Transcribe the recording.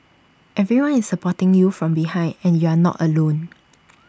everyone is supporting you from behind and you are not alone